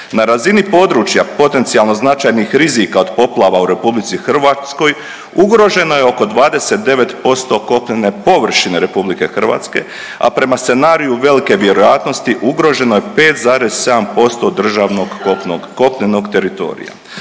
Na razini područja potencijalno značajnih rizika od poplava u Republici Hrvatskoj ugroženo je oko 29% kopnene površine Republike Hrvatske, a prema scenariju velike vjerojatnosti ugroženo je 5,7% državnog kopnenog teritorija.